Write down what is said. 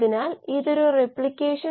അതിനാൽ ഇതാണ് ഇവിടെയുള്ള മാട്രിക്സ്